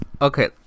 Okay